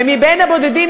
הם מהבודדים,